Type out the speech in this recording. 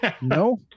no